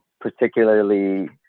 particularly